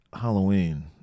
Halloween